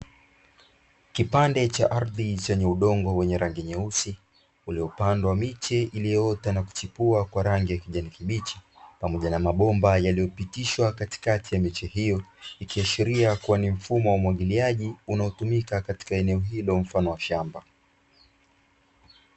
Kipande cha ardhi chenye udongo, wenye rangi nyeusi uliopandwa miche na kuchipua, kwa rangi ya kijani kibichi pamoja na mabomba yaliyopitishwa katikati ya miche hiyo, ikiashiria kuwa ni mfumo wa umwagiliaji unaotumika katika hilo mfano wa shamba.